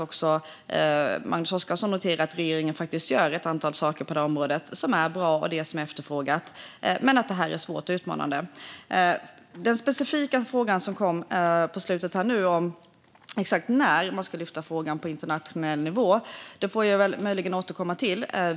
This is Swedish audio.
Också Magnus Oscarsson noterar att regeringen faktiskt gör ett antal saker på detta område som är bra och efterfrågas, men det är svårt och utmanande. Den specifika frågan som kom nu på slutet - exakt när man ska lyfta frågan på internationell nivå - får jag möjligen återkomma till.